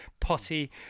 potty